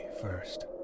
first